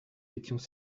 étions